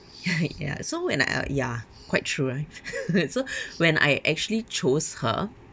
ya ya so when I uh ya quite true ah so when I actually chose her